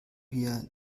wir